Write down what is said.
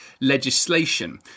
legislation